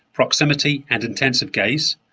proximity and intensive gaze,